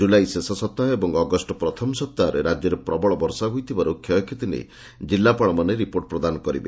ଜୁଲାଇ ଶେଷ ସପ୍ତାହ ଓ ଅଗଷ୍ ପ୍ରଥମ ସପ୍ତାହରେ ରାଜ୍ୟରେ ପ୍ରବଳ ବର୍ଷା ହୋଇଥିବାରୁ କ୍ଷୟକ୍ଷତି ନେଇ ଜିଲ୍ଲାପାଳମାନେ ରିପୋର୍ଟ ପ୍ରଦାନ କରିବେ